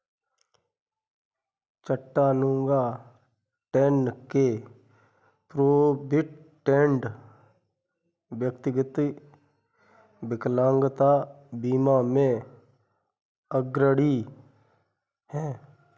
Chattanooga, Tenn के Provident, व्यक्तिगत विकलांगता बीमा में अग्रणी हैं